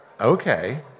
Okay